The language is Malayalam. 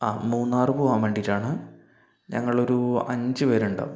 ആ മൂന്നാറ് പോകാൻ വേണ്ടിയിട്ടാണ് ഞങ്ങളൊരൂ അഞ്ച് പേരുണ്ടാവും